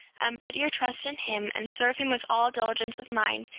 and put your trust in him, and serve him with all diligence of mind,